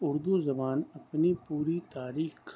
اردو زبان اپنی پوری تاریخ